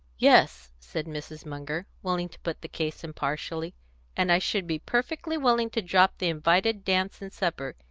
yes, said mrs. munger, willing to put the case impartially and i should be perfectly willing to drop the invited dance and supper,